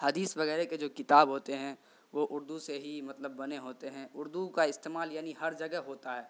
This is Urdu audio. حدیث وغیرہ کے جو کتاب ہوتے ہیں وہ اردو سے ہی مطلب بنے ہوتے ہیں اردو کا استعمال یعنی ہر جگہ ہوتا ہے